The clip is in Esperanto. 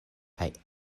kaj